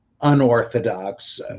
unorthodox